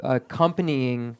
accompanying